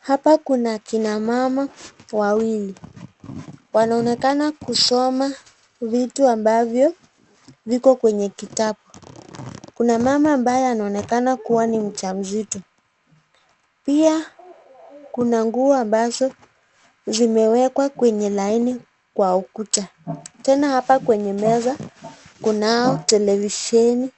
Hapa kuna kina mama wawili, wanaonekana kusoma vitu ambavyo viko kwenye kitabu, kuna mama ambaye anaonekana kuwa ni mjamzito . Pia kuna nguo ambazo zimewekwa kwenye laini kwa ukuta, tena hapa kwenye meza, kunao televisheni,